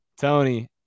Tony